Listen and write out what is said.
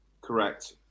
Correct